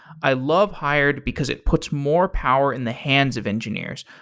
i love hired because it puts more power in the hands of engineers.